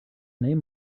name